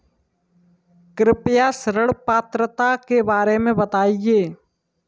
कृपया ऋण पात्रता के बारे में बताएँ?